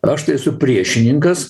aš tai esu priešininkas